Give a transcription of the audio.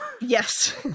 yes